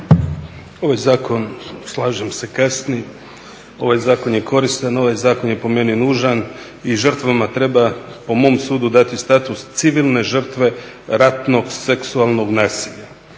ovaj zakon je koristan, ovaj zakon je po meni nužan i žrtvama po mom sudu treba dati status civilne žrtve ratnog seksualnog nasilja.